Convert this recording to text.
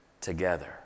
together